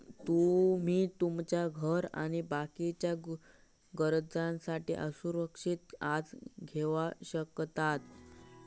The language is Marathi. तुमी तुमच्या घर आणि बाकीच्या गरजांसाठी असुरक्षित कर्ज घेवक शकतास